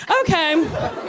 Okay